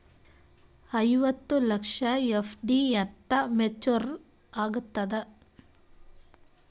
ಐವತ್ತು ಲಕ್ಷದ ಎಫ್.ಡಿ ಎಂದ ಮೇಚುರ್ ಆಗತದ?